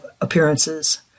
appearances